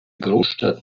großstadt